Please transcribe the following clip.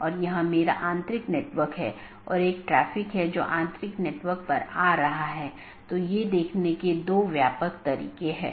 तो यह ऐसा नहीं है कि यह OSPF या RIP प्रकार के प्रोटोकॉल को प्रतिस्थापित करता है